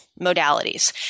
modalities